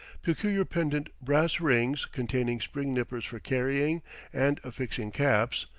peculiar pendent brass rings containing spring nippers for carrying and affixing caps,